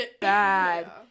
bad